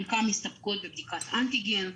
חלקן מסתפקות בבדיקת אנטיגן,